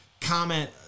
comment